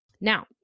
Now